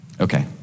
Okay